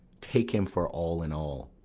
take him for all in all,